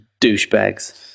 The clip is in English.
Douchebags